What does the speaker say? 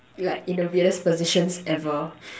like in the weirdest positions ever